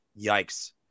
Yikes